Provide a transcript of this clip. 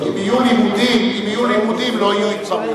אם יהיו לימודים לא יהיו התפרעויות.